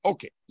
Okay